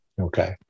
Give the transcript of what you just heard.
Okay